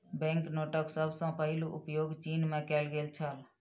bank नोटक सभ सॅ पहिल उपयोग चीन में कएल गेल छल